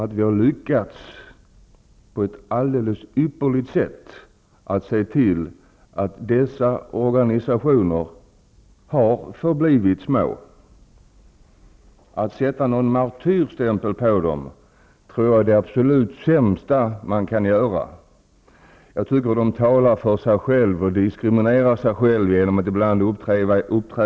Jo, vi har på ett ypperligt sätt lyckats se till att dessa organisationer har förblivit små. Jag tror att det sämsta man kan göra är att sätta en martyrstämpel på dem. Dessa organisationer talar för sig själva och diskriminerar sig själva genom att ibland uppträda i televisionen.